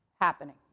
happening